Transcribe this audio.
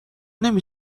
نمی